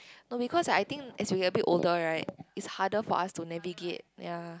no because I think as we get a bit older right it's harder for us to navigate ya